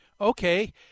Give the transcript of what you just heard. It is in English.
Okay